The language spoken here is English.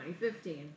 2015